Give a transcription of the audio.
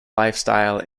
lifestyle